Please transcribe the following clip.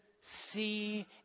see